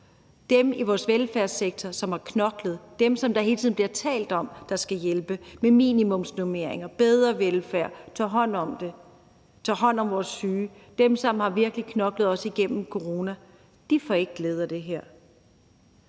Dem i vores velfærdssektor, som har knoklet, dem, som der hele tiden bliver talt om, der skal hjælpes med minimumsnormeringer i forhold til bedre velfærd, dem, der tager hånd om vores syge, dem, som virkelig har knoklet, også igennem coronaperioden, får ikke glæde af det her.